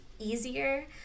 Easier